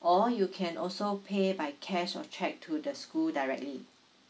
or you can also pay by cash or cheque to the school directly